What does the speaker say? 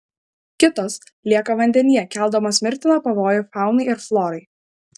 kitos lieka vandenyje keldamos mirtiną pavojų faunai ir florai